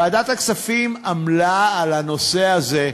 ועדת הכספים עמלה על הנושא הזה,